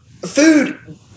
food